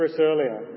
earlier